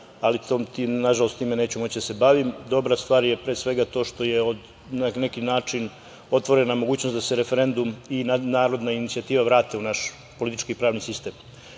time nažalost neću moći da se bavim. Dobra stvar je pre svega to što je na neki način otvorena mogućnost da se referendum i narodna inicijativa vrate u naš politički pravni sistem. Ono